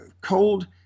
cold